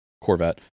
Corvette